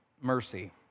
mercy